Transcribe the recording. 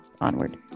onward